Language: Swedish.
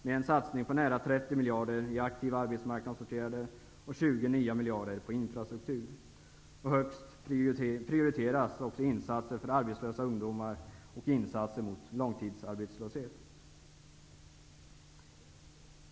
Det är en satsning med nära 30 miljarder i aktiva arbetsmarknadsåtgärder och 20 nya miljarder på infrastruktur. Högst prioriteras insatser för arbetslösa ungdomar och insatser mot långtidsarbetslöshet.